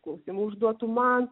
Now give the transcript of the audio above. klausimų užduotų man